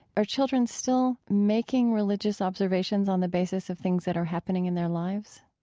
are children still making religious observations on the basis of things that are happening in their lives?